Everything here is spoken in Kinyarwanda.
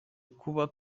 kuba